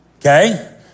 Okay